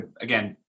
again